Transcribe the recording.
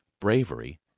bravery